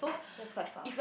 that's quite far